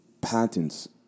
patents